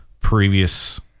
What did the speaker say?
previous